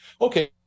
Okay